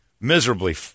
miserably